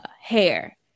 hair